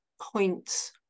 points